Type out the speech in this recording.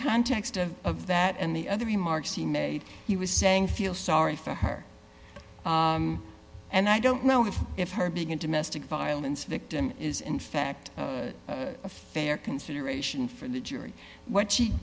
context of of that and the other remarks he made he was saying feel sorry for her and i don't know if it's her being in domestic violence victim is in fact a fair consideration for the jury what she